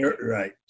Right